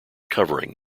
covering